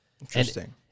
interesting